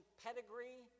pedigree